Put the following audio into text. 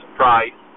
price